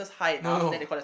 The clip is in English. no no